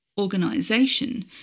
organization